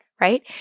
right